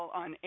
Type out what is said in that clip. on